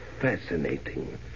fascinating